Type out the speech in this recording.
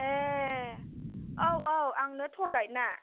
ए औ औ आंनो टुर गाइदआ